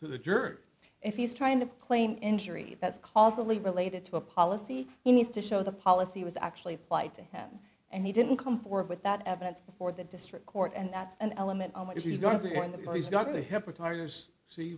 to the dirt if he's trying to claim injury that's causally related to a policy he needs to show the policy was actually fighting him and he didn't come forward with that evidence before the district court and that's an element of what is